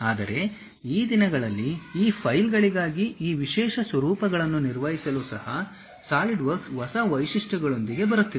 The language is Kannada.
ಆದರೆ ಈ ದಿನಗಳಲ್ಲಿ ಈ ಫೈಲ್ಗಳಿಗಾಗಿ ಈ ವಿಶೇಷ ಸ್ವರೂಪಗಳನ್ನು ನಿರ್ವಹಿಸಲು ಸಹ ಸಾಲಿಡ್ವರ್ಕ್ಸ್ ಹೊಸ ವೈಶಿಷ್ಟ್ಯಗಳೊಂದಿಗೆ ಬರುತ್ತಿದೆ